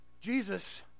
Jesus